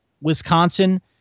Wisconsin